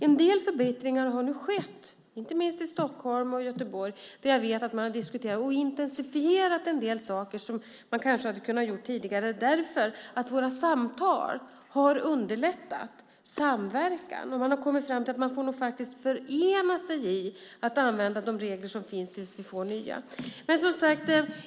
En del förbättringar har skett, inte minst i Stockholm och Göteborg, där jag vet att man har diskuterat och intensifierat en del saker som man kanske hade kunnat göra tidigare därför att våra samtal har underlättat samverkan. Man har kommit fram till att man nog faktiskt får förena sig i att använda de regler som finns tills vi får nya.